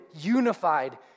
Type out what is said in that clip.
unified